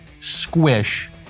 squish